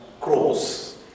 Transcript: cross